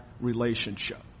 relationship